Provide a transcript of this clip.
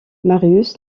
marius